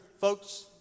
folks